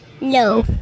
No